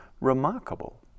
remarkable